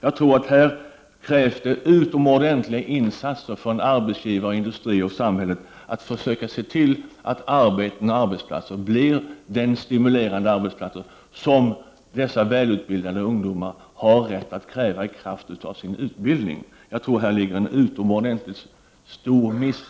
Jag tror att här krävs det utomordentliga insatser från arbetsgivare, industri och samhälle att försöka se till att arbetena och arbetsplatserna blir den stimulerande arbetsplatsen som dessa välutbildade ungdomar har rätt att kräva i kraft av sin utbildning. Jag tror här ligger en utomordentligt stor miss